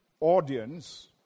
audience